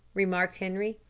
remarked henri.